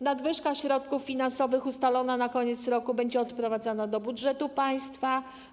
Nadwyżka środków finansowych ustalona na koniec roku będzie odprowadzana do budżetu państwa.